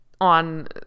on